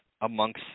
amongst